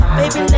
baby